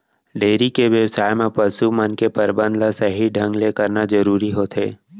dairy के बेवसाय म पसु मन के परबंध ल सही ढंग ले करना जरूरी होथे